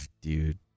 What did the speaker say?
Dude